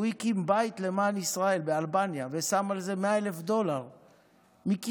הוא הקים בית למען ישראל באלבניה ושם על זה 100,000 דולר מכיסו,